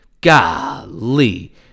golly